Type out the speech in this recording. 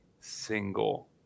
single